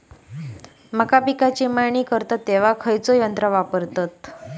मका पिकाची मळणी करतत तेव्हा खैयचो यंत्र वापरतत?